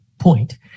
point